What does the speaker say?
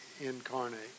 incarnate